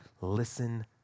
listen